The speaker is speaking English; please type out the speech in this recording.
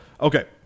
okay